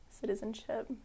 citizenship